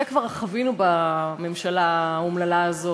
את זה כבר חווינו בממשלה האומללה הזאת,